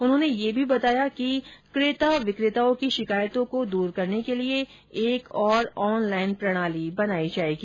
उन्होंने यह भी बताया कि केता विकेताओं की शिकायतों को दूर करने के लिये एक और ऑनलाईन प्रणाली बनाई जायेगी